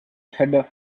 header